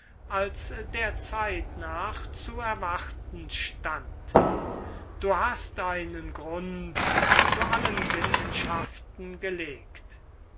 als der zeit nach zu erwarten stand du hast einen grund zu allen wissenschaften gelegt